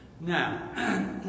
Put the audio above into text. now